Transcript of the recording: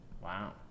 wow